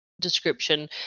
description